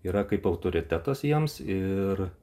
yra kaip autoritetas jiems ir